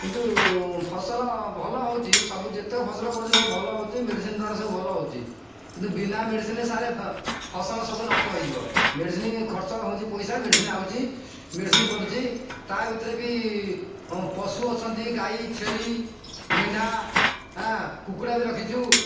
କିନ୍ତୁ ଫସଲ ଭଲ ହେଉଛି ସବୁ ଯେତେକ ଫସଲ କରୁଛୁ ସବୁ ଭଲ ହେଉଛି ମେଡ଼ିସିନ ଦ୍ୱାରା ସବୁ ଭଲ ହେଉଛି କିନ୍ତୁ ବିନା ମେଡ଼ିସିନରେ ସାରେ ଫସଲ ସବୁ ନଷ୍ଟ ହେଇଯିବ ମେଡ଼ିସିନ ଖର୍ଚ୍ଚ ହେଉଛି ପଇସା ମେଡ଼ିସିନ ଆସୁଛି ମେଡ଼ିସିନ ପଡ଼ୁଛି ତା ଭିତରେ ବି ପଶୁ ଅଛନ୍ତି ଗାଈ ଛେଳି ମେଣ୍ଢା ହଁ କୁକୁଡ଼ା ବି ରଖିଛୁ